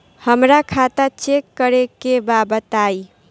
हमरा खाता चेक करे के बा बताई?